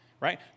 right